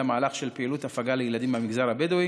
הובילה הרשות לפיתוח הנגב מהלך של פעילות הפגה לילדים מהמגזר הבדואי.